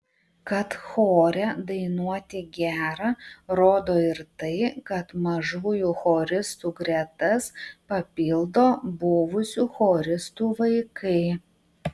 kad chore dainuoti gera rodo ir tai kad mažųjų choristų gretas papildo buvusių choristų vaikai